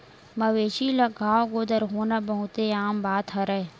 मवेशी ल घांव गोदर होना बहुते आम बात हरय